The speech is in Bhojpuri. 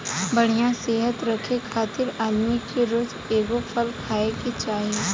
बढ़िया सेहत रखे खातिर आदमी के रोज एगो फल खाए के चाही